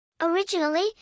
Originally